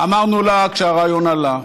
אמרנו לה כשהרעיון עלה,